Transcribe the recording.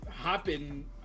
hopping